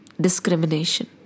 discrimination